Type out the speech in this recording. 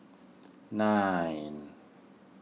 nine